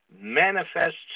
manifests